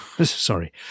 Sorry